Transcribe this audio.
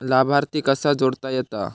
लाभार्थी कसा जोडता येता?